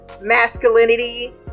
masculinity